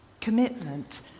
commitment